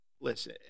listen